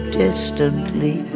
distantly